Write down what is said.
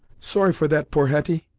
sorry for that, poor hetty.